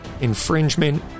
infringement